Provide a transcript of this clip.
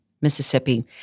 Mississippi